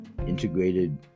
integrated